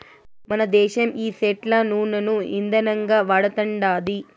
మనదేశం ఈ సెట్ల నూనను ఇందనంగా వాడతండాది